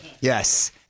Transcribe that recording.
Yes